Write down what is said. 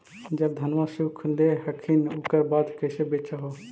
जब धनमा सुख ले हखिन उकर बाद कैसे बेच हो?